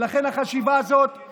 ולכן החשיבה הזאת, אז מה הבעיה?